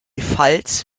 pfalz